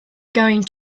going